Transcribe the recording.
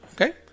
Okay